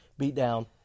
beatdown